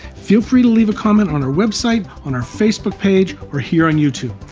feel free to leave a comment on our website, on our facebook page, or here on youtube.